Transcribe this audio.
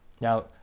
Now